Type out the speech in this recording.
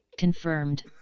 Confirmed